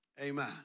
Amen